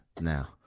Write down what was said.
now